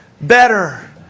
better